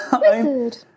Wizard